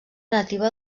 nativa